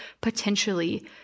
potentially